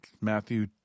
Matthew